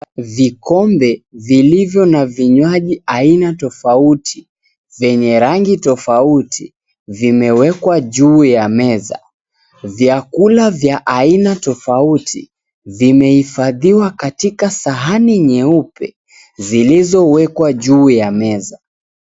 Vikombe vilivyo na vinywaji aina tofauti vyenye rangi tofauti vimewekwa juu ya meza. Vyakula vya aina tofauti vimehifadhiwa katika sahani nyeupe zilizowekwa juu ya meza.